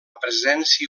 presència